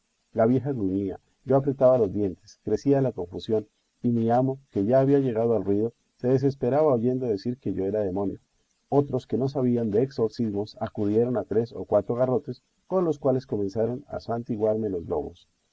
la vieja gruñía yo apretaba los dientes crecía la confusión y mi amo que ya había llegado al ruido se desesperaba oyendo decir que yo era demonio otros que no sabían de exorcismos acudieron a tres o cuatro garrotes con los cuales comenzaron a santiguarme los lomos